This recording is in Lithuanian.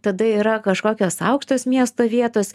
tada yra kažkokios aukštos miesto vietos